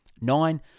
Nine